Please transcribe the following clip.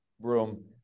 room